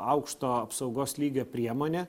aukšto apsaugos lygio priemonė